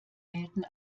gelten